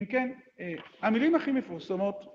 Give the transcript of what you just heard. ‫וכן, המילים הכי מפורסמות...